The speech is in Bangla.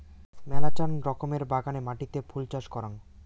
মেলাচান রকমের বাগানের মাটিতে ফুল চাষ করাং